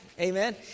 Amen